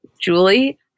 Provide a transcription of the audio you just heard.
Julie